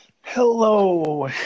Hello